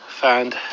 found